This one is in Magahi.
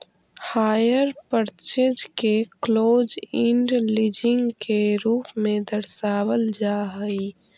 हायर पर्चेज के क्लोज इण्ड लीजिंग के रूप में दर्शावल जा हई